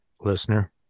listener